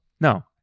no